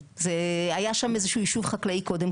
היה שם איזה שהוא יישוב חקלאי קודם,